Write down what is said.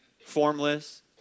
formless